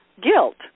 guilt